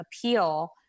appeal